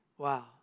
Wow